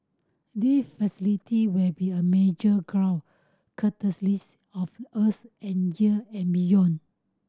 they facility will be a major grow catalyst of us and year and beyond